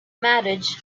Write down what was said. marriage